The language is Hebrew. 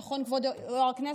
נכון, כבוד יו"ר הכנסת?